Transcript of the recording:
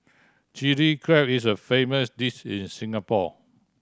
Chilli Crab is a famous dish in Singapore